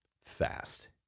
fast